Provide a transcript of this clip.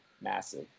massive